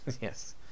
Yes